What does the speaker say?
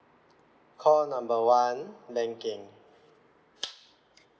call number one banking